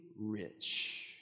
rich